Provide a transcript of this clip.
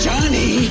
Johnny